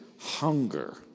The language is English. hunger